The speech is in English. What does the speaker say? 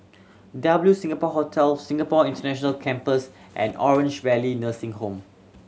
W Singapore Hotel Singapore International Campus and Orange Valley Nursing Home